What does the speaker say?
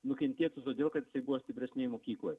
nukentėtų todėl kad jisai buvo stipresnėj mokykloje